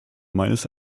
meines